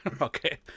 Okay